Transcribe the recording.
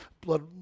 blood